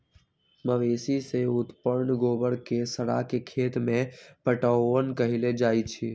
मवेशी से उत्पन्न गोबर के सड़ा के खेत में पटाओन कएल जाइ छइ